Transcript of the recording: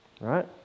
Right